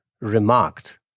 remarked